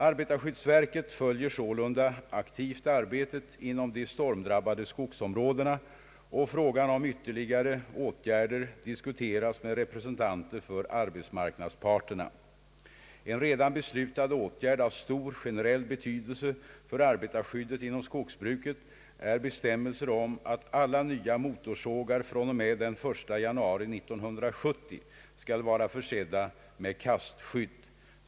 Arbetarskyddsverket följer sålunda aktivt arbetet inom de stormdrabbade skogsområdena, och frågan om ytterligare åtgärder diskuteras med representanter för arbetsmarknadsparterna. En redan beslutad åtgärd av stor generell betydelse för arbetarskyddet inom skogsbruket är bestämmelser om att alla nya motorsågar fr.o.m. den 1 januari 1970 skall vara försedda med kastskydd.